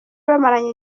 bamaranye